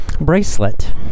bracelet